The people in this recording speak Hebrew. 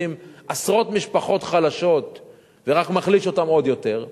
עשרות משפחות חלשות וזה רק מחליש אותן עוד יותר,